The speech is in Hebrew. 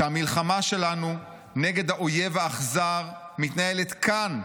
שהמלחמה שלנו נגד האויב האכזר מתנהלת כאן,